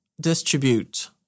distribute